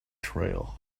trail